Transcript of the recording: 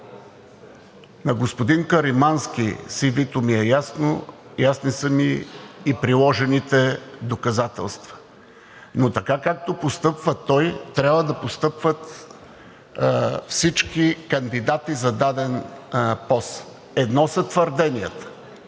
На господин Каримански CV-то ми е ясно и приложените доказателства, но така, както постъпва той, трябва да постъпват всички кандидати за даден пост. Едно са твърденията,